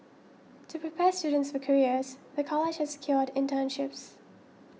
to prepare students for careers the college has secured internships